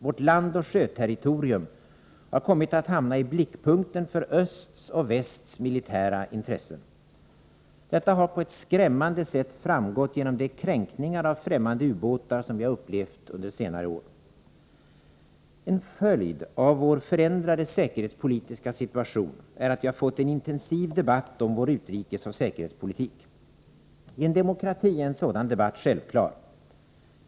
Vårt landoch sjöterritorium har kommit att hamna i blickpunkten för östs och västs militära intressen. Detta har på ett skrämmande sätt framgått genom de kränkningar av främmande ubåtar som vi har upplevt under senare år. En följd av vår förändrade säkerhetspolitiska situation är att vi har fått en intensiv debatt om vår utrikesoch säkerhetspolitik. I en demokrati är en sådan debatt självklar.